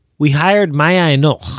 we hired maya you know